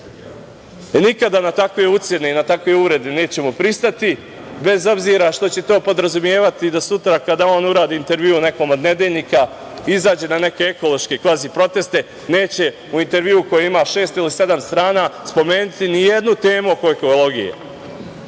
ćutao. Nikada na takve ucene i uvrede nećemo pristati, bez obzira što će to podrazumevati da on sutra kada uradi intervju u nekom od nedeljnika, izađe na neke ekološke kvazi proteste, neće u intervjuu koji ima šest ili sedam strana, spomenuti ni jednu temu oko ekologije,